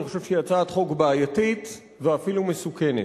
אני חושב שהיא הצעת חוק בעייתית ואפילו מסוכנת.